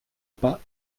pas